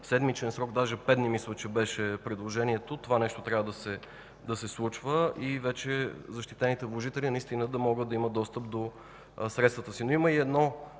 седмичен срок, даже пет дни мисля, че беше предложението, това нещо трябва да се случва. И вече защитените вложители наистина да могат да имат достъп до средствата си. Но има и едно